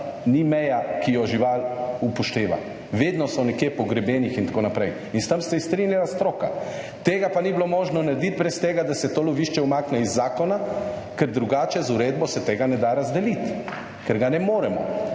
ni meja, ki jo žival upošteva, vedno so nekje po grebenih in tako naprej. In s tem se je strinjala stroka. Tega pa ni bilo možno narediti brez tega, da se to lovišče umakne iz zakona, ker drugače z uredbo se tega ne da razdeliti, ker ga ne moremo.